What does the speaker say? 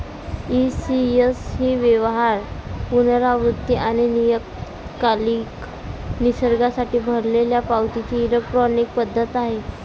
ECS ही व्यवहार, पुनरावृत्ती आणि नियतकालिक निसर्गासाठी भरलेल्या पावतीची इलेक्ट्रॉनिक पद्धत आहे